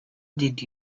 did